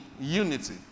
unity